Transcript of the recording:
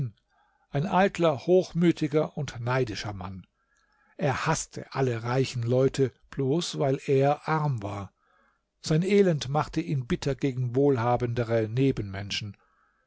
ein eitler hochmütiger und neidischer mann er haßte alle reichen leute bloß weil er arm war sein elend machte ihn bitter gegen wohlhabendere nebenmenschen